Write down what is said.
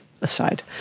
aside